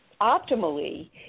optimally